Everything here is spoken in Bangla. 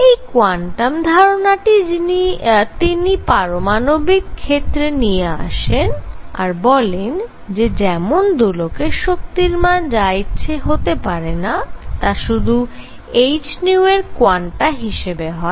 এই কোয়ান্টাম ধারনাটি তিনি পারমাণবিক ক্ষেত্রে নিয়ে আসেন আর বলেন যে যেমন দোলকের শক্তির মান যা ইচ্ছে হতে পারেনা তা শুধু মাত্র h এর কোয়ান্টা হিসেবে হয়